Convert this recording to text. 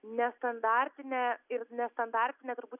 nestandartinė ir nestandartinė turbūt